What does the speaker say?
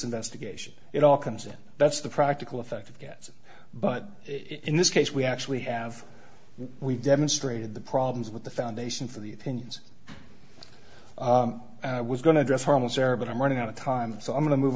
investigation it all comes in that's the practical effect of it but in this case we actually have we demonstrated the problems with the foundation for the opinions i was going to address harmless error but i'm running out of time so i'm going to move